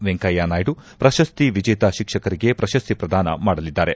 ವೆಂಕಯ್ನಾಯ್ವು ಪ್ರಶಸ್ತಿ ವಿಜೇತ ಶಿಕ್ಷಕರಿಗೆ ಪ್ರಶಸ್ತಿ ಪ್ರದಾನ ಮಾಡಲಿದ್ದಾರೆ